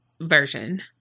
version